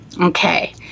Okay